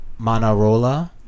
Manarola